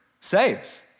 saves